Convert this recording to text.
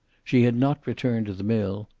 she had not returned to the mill.